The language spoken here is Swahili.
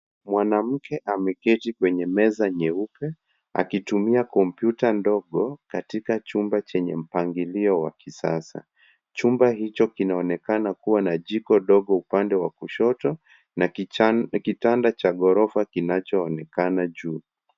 Mwanamke ameketi kwenye meza nyeupe akitumia kompyuta ndogo, katika chumba chenye mpangilo wa kisasa. Chumba hicho kinaonekana kuwa na jiko ndogo upande wa kushoto na kitanda cha ghorofa kinachoonekana juu.